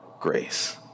grace